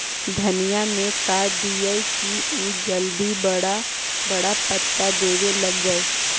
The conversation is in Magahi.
धनिया में का दियै कि उ जल्दी बड़ा बड़ा पता देवे लगै?